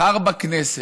מחר בכנסת,